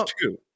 two